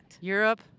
Europe